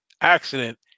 accident